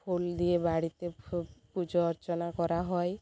ফুল দিয়ে বাড়িতে ফু পুজো অর্চনা করা হয়